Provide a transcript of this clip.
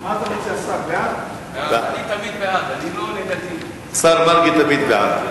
ההצעה להעביר את הנושא לוועדת הפנים והגנת הסביבה נתקבלה.